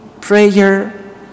prayer